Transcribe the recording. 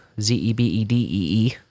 Z-E-B-E-D-E-E